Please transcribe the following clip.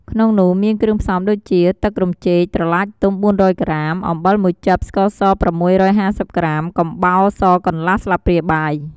ក្នុងនោះមានគ្រឿងផ្សំដូចជា ទឹករំចេក ត្រឡាចទុំ ៤០០ក្រាម អំបិលមួយចឹប ស្ករស ៦៥០ក្រាម កំបោរសកន្លះស្លាព្រាបាយ។